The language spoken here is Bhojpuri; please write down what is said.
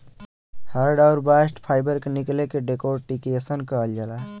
हर्ड आउर बास्ट फाइबर के निकले के डेकोर्टिकेशन कहल जाला